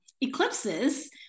Eclipses